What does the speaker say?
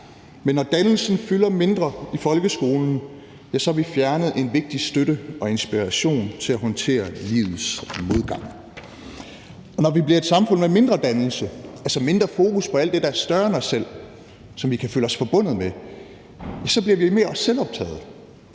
Men når dannelsen fylder mindre i folkeskolen, ja, så har vi fjernet en vigtig støtte og inspiration til at håndtere livets modgang. Og når vi bliver et samfund med mindre dannelse, altså mindre fokus på alt det, der er større end os selv, som vi kan føle os forbundet med, så bliver vi mere selvoptagede,